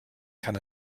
kann